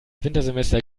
wintersemester